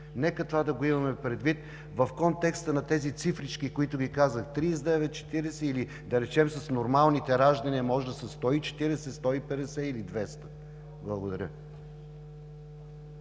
Нека това да го имаме предвид в контекста на тези цифрички, които Ви казах – 39, 40 или да речем с нормалните раждания може да са 140, 150 или 200. Благодаря.